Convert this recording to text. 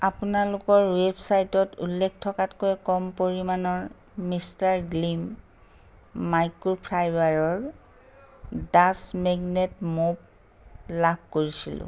আপোনালোকৰ ৱেবছাইটত উল্লেখ থকাতকৈ কম পৰিমাণৰ মিষ্টাৰ গ্লিম মাইক্ৰ'ফাইবাৰৰ ডাষ্ট মেগনেট ম'প লাভ কৰিছিলোঁ